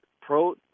pro